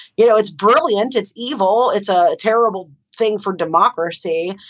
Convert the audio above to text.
you know, it's brilliant. it's evil. it's a terrible thing for democracy.